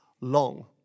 long